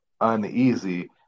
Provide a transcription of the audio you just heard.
uneasy